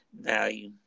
value